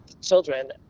children